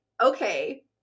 okay